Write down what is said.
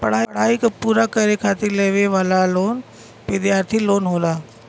पढ़ाई क पूरा करे खातिर लेवे वाला लोन विद्यार्थी लोन होला